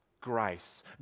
Grace